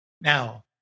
Now